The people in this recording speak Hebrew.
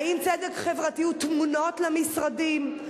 האם צדק חברתי הוא תמונות למשרדים?